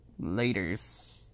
Laters